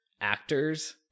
actors